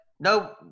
No